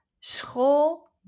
school